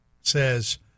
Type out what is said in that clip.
says